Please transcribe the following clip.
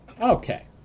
okay